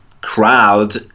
crowd